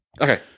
Okay